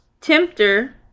tempter